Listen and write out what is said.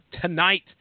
tonight